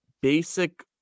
basic